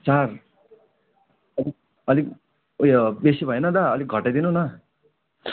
चार अलिक उयो बेसी भएन दा अलि घटाइदिनु न